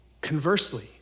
Conversely